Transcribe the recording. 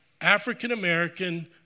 African-American